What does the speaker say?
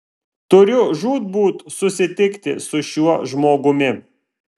turiu žūtbūt susitikti su šiuo žmogumi